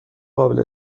قابل